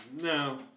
No